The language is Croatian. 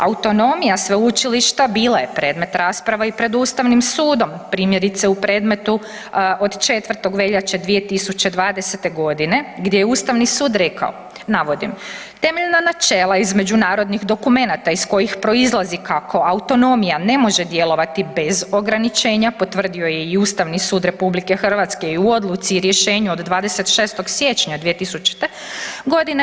Autonomija sveučilišta bila je predmet rasprava i pred Ustavnim sudom, primjerice u predmetu od 4. veljače 2020.g. gdje je Ustavni sud rekao navodim „Temeljna načela iz međunarodnih dokumenata iz kojih proizlazi kako autonomija ne može djelovati bez ograničenja potvrdio je i Ustavni sud RH i u odluci i rješenju od 26.siječnja 2000.g.